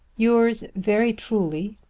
yours very truly,